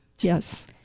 Yes